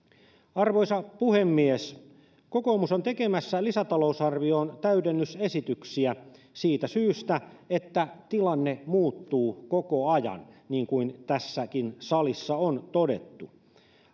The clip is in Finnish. arvoisa puhemies kokoomus on tekemässä lisätalousarvioon täydennysesityksiä siitä syystä että tilanne muuttuu koko ajan niin kuin tässäkin salissa on todettu